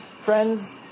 friends